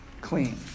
clean